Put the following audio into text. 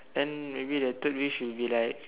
and maybe the third wish will be like